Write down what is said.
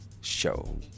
show